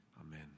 Amen